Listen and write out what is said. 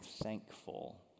thankful